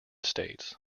states